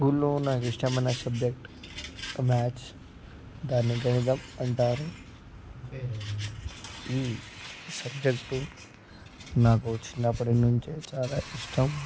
school లో నాకు ఇష్టమైన సబ్జెక్ట్ మ్యాథ్స్ దాన్ని గణితం అంటారు ఈ సబ్జెక్టు నాకు చిన్నప్పటి నుంచి చాలా ఇష్టం